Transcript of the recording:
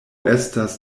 estas